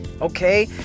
Okay